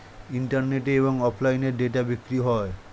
ইন্টারনেটে এবং অফলাইনে ডেটা বিক্রি হয়